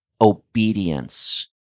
obedience